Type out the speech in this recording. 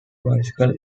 bicycles